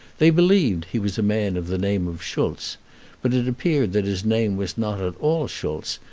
they believed he was a man of the name of schultz but it appeared that his name was not at all schultz,